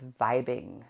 vibing